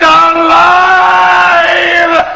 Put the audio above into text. alive